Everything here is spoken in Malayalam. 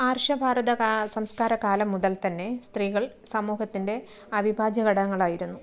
ആർഷഭാരത കാ സംസ്കാര കാലം മുതൽ തന്നെ സ്ത്രീകൾ സമൂഹത്തിൻ്റെ അവിഭാജ്യ ഘടകങ്ങളായിരുന്നു